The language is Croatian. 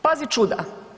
Pazi čuda.